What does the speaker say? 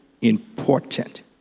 important